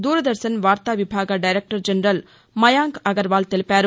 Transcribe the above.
దూరదర్శన్ వార్త విభాగ director general Mayank Agarwal తెలిపారు